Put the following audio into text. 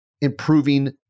improving